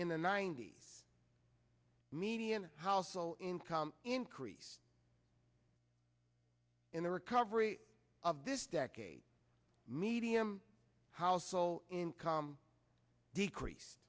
in the ninety's median household income increased in the recovery of this decade medium household income decreased